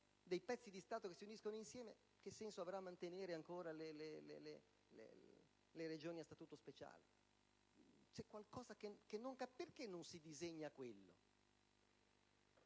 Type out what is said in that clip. dei pezzi di Stato che si uniscono insieme: che senso avrà mantenere ancora le Regioni a statuto speciale? Perché non si disegna quello?